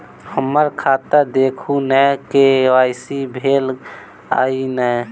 हम्मर खाता देखू नै के.वाई.सी भेल अई नै?